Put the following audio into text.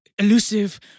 Elusive